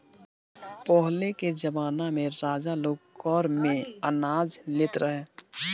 पहिले के जमाना में राजा लोग कर में अनाज लेत रहे